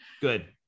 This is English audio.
Good